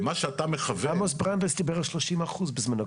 למה שאתה מכוון --- עמוס ברנדייס דיבר על שלושים אחוז בזמנו,